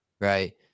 right